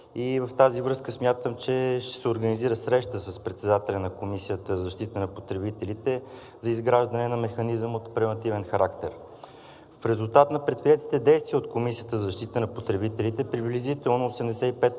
В тази връзка смятам, че ще се организира среща с председателя на Комисията за защита на потребителите за изграждане на механизъм от превантивен характер. В резултат на предприетите действия от Комисията за защита на потребителите приблизително 85%